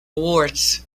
awards